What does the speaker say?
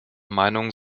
meinung